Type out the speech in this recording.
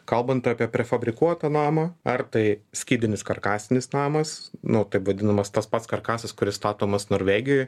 kalbant apie prefabrikuotą namą ar tai skydinis karkasinis namas nu taip vadinamas tas pats karkasas kuris statomas norvegijoj